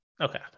Okay